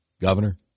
Governor